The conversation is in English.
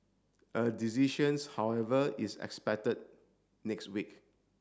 a decisions however is expected next week